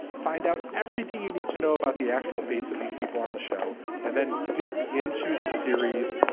find out everything you need to know about the actual fates of these people on the show and then dip into the series.